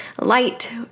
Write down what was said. light